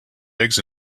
eggs